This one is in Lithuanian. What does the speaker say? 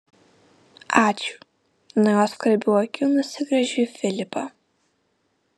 ačiū nuo jo skvarbių akių nusigręžiu į filipą